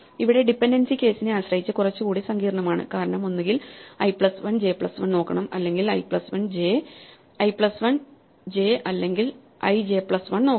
ഇവിടെ ഡിപെൻഡൻസി കേസിനെ ആശ്രയിച്ച് കുറച്ചുകൂടി സങ്കീർണ്ണമാണ് കാരണം ഒന്നുകിൽ ഐ പ്ലസ് 1 ജെ പ്ലസ് 1 നോക്കണം അല്ലെങ്കിൽ ഐ പ്ലസ് 1 j അല്ലെങ്കിൽ ij പ്ലസ് 1നോക്കണം